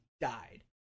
died